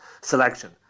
selection